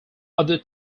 other